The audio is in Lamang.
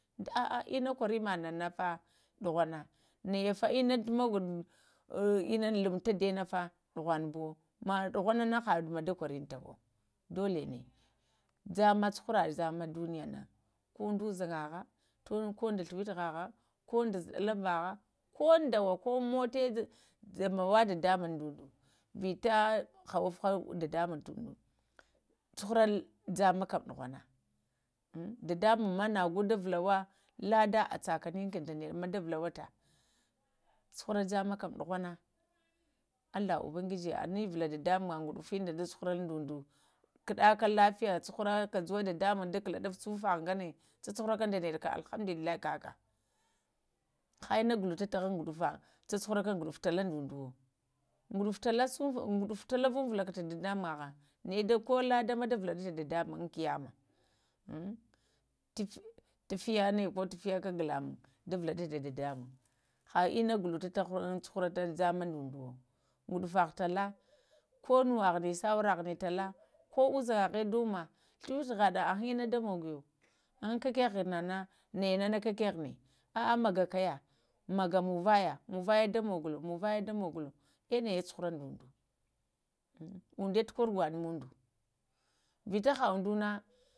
Əh əh əna kwarə maɗanafa ɗuhuna nayafa ina tumoguɗa, ina lumŋ tadiyanafa ɗuvunbuwa, ma ɗuvunana hadu da kworawo hadu da kwarantawo dola na, jamma fu haraŋa dunəyana, ko ɗu-uzəngaha, ko da ghluwituhaha, ko da zəɗa laŋbaha, ko da wa ko moto jamawaka da undu ta hawifa dadamuŋm vita dadamuŋm cuharaf jamma kam ɗughuna, am dadamuŋma, avulawa lada a tsakaninka da naɗa ma da vulwata, cuhura jamma kam ɗuvo na, allah ubangiji awəanəvula da ɗamaŋa gudufinda da cuhura da ando kaɗuka lafiya ahuraka kajuwa dadamuŋm da kaɗalaf sumfaha ŋgana cucuhura ka da naɗa kam alhamdulillahi kaka, ka ina guluta tahŋn gudufa cu-cuhura gudufa tala da ondo we, gudufu tala vunvulaka ta dadamuŋmagha naya da ko ladama da vulaɗafa dadamuŋm in kiyamə, aŋ taghəŋ, cuhurata, hə innə ghulutə taghən, churatə jammə da unduwo guɗufahalə, ko nuwəghinə sawəra ghini talə, ko uzəngahaɗa ɗa wumma ghluwituhəɗa əhə ənə da muguyo kəkəghəyəna, nəna kəkghənə əhə magaka kayə, məgə munvəyə, muvayəda moguzo muvayəda moguzo əh nayə cuhura də umdo onda tukworo ghəna muŋdo vita ha ondo nə